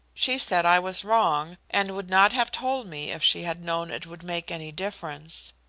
she said i was wrong, and would not have told me if she had known it would make any difference.